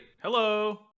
Hello